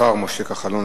השר משה כחלון,